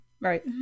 Right